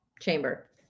Chamber